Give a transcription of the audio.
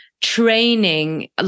training